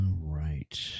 right